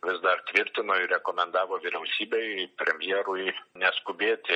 vis dar tvirtino rekomendavo vyriausybei premjerui neskubėti